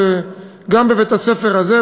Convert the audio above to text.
שגם בבית-הספר הזה,